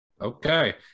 Okay